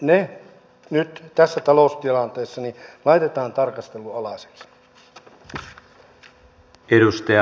se nyt tässä taloustilanteessa laitetaan tarkastelun alaiseksi